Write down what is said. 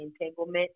entanglement